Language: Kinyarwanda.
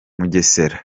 mugesera